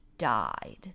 died